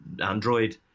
android